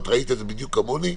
את ראית את זה בדיוק כמוני,